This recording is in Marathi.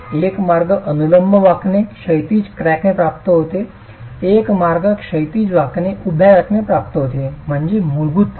एक मार्ग अनुलंब वाकणे क्षैतिज क्रॅकने समाप्त होते एक मार्ग क्षैतिज वाकणे उभ्या क्रॅकने समाप्त होते म्हणजे मूलभूत फरक